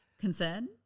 concern